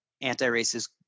anti-racist